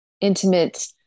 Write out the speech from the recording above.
intimate